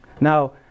Now